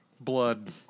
blood